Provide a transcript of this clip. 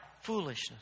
foolishness